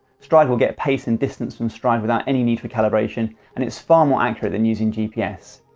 stryd will get pace and distance from stryd without any need for calibration and it's far more accurate than using gps.